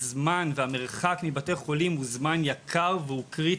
הזמן והמרחק מבתי חולים הוא זמן יקר והוא זמן קריטי.